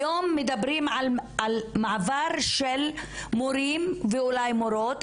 היום מדברים על מעבר של מורים ואולי מורות,